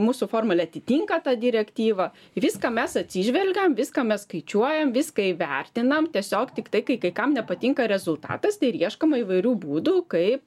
mūsų formulė atitinka tą direktyvą viską mes atsižvelgiam viską mes skaičiuojam viską vertinam tiesiog tiktai kai kai kam nepatinka rezultatas tai ir ieškoma įvairių būdų kaip